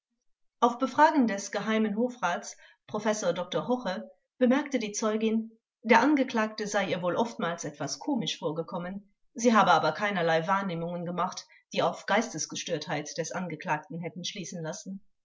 auf befragen des geh hofrats professor dr hoche bemerkte die zeugin der angeklagte sei ihr wohl oftmals etwas komisch vorgekommen sie habe aber keinerlei wahrnehmungen gemacht die auf geistesgestörtheit des angeklagten hätten schließen lassen